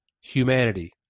humanity